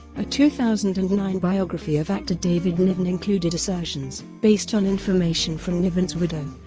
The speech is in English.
a two thousand and nine biography of actor david niven included assertions, based on information from niven's widow